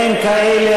אין כאלה.